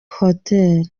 hotel